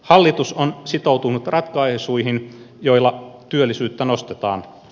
hallitus on sitoutunut ratkaisuihin joilla työllisyyttä nostetaan